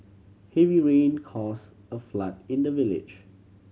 heavy rain cause a flood in the village